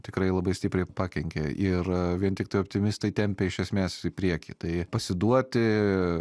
tikrai labai stipriai pakenkia ir vien tiktai optimistai tempia iš esmės į priekį tai pasiduoti